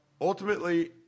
ultimately